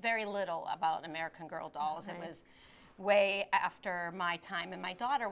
very little about american girl dolls and was way after my time and my daughter